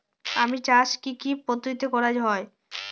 আম চাষ কি কি পদ্ধতিতে করা হয়?